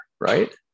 Right